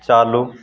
चालू